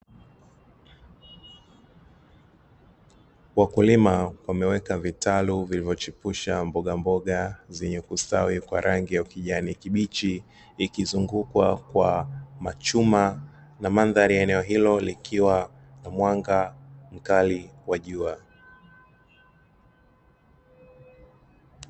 Wakulima wameweka vitalu vilivyochipusha mboga mboga zenye kustawi kwa rangi ya kijani kibichi, ikizungukwa kwa machuma na mandhari ya eneo hilo likiwa na mwanga mkali wa jua.